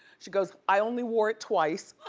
she goes i only wore it twice.